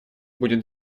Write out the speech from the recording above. будет